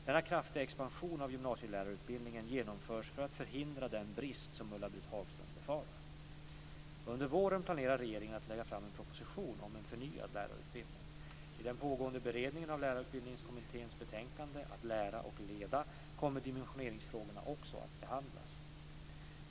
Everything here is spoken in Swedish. Denna kraftiga expansion av gymnasielärarutbildningen genomförs för att förhindra den brist som Ulla-Britt Hagström befarar. kommer dimensioneringsfrågorna också att behandlas.